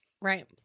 Right